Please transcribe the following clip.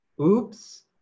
Oops